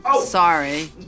sorry